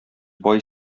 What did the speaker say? бай